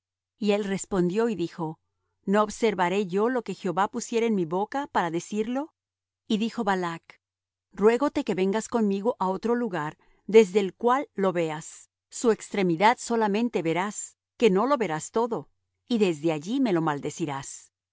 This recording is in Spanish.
y él respondió y dijo no observaré yo lo que jehová pusiere en mi boca para decirlo y dijo balac ruégote que vengas conmigo á otro lugar desde el cual lo veas su extremidad solamente verás que no lo verás todo y desde allí me lo maldecirás